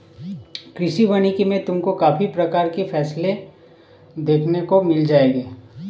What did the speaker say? कृषि वानिकी में तुमको काफी प्रकार की फसलें देखने को मिल जाएंगी